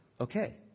okay